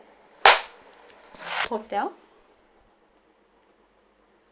hotel